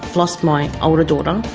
lost my older daughter.